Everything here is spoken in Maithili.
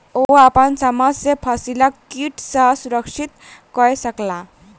ओ अपन समस्त फसिलक कीट सॅ सुरक्षित कय सकला